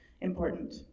important